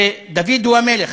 ודוד הוא המלך.